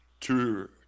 two –